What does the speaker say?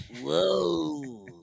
Whoa